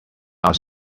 our